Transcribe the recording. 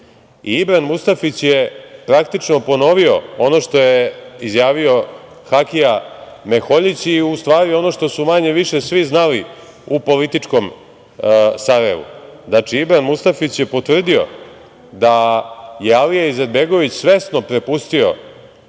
Ibran Mustafić je praktično ponovio ono što je izjavio Hakija Meholjić i ustvari ono što su manje, više svi znali u političkom Sarajevu. Znači, Ibran Mustafić je potvrdio da je Alija Izetbegović svesno prepustio